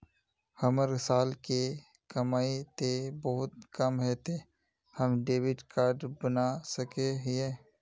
हमर साल के कमाई ते बहुत कम है ते हम डेबिट कार्ड बना सके हिये?